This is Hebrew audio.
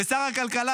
ושר הכלכלה,